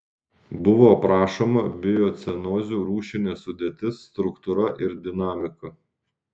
buvo aprašoma biocenozių rūšinė sudėtis struktūra ir dinamika